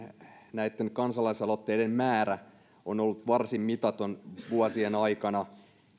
näiden kansalaisaloitteiden määrä on ollut varsin mitätön vuosien aikana